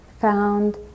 found